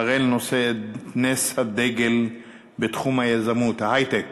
אראל נושא את נס הדגל בתחום היזמות, ההיי-טק